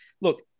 look